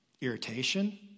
irritation